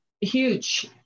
huge